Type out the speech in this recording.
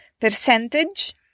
percentage